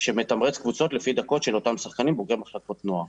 שמתמרץ קבוצות לפי דקות של אותם שחקנים בוגרי מחלקות נוער.